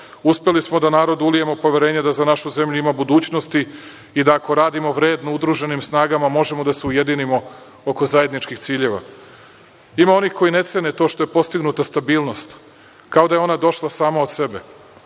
uspeli smo da narodu ulijemo poverenje da za našu zemlju ima budućnosti i da ako radimo vredno, udruženim snagama možemo da se ujedinimo oko zajedničkih ciljeva. Ima onih koji ne cene to što je postignuta stabilnost, kao da je ona došla sama od sebe.